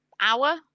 hour